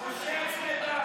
תתבייש, פושע צמא דם,